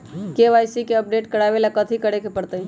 KYC के update करवावेला कथि करें के परतई?